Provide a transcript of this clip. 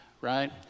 right